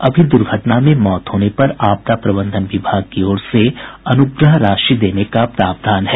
अभी दुर्घटना में मौत होने पर आपदा प्रबंधन विभाग की ओर से अनुग्रह राशि देने का प्रावधान है